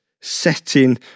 setting